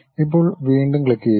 ഇപ്പോൾ വീണ്ടും ക്ലിക്കുചെയ്യുക